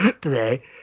today